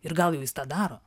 ir gal jau jis tą daro